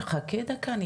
חכה דקה,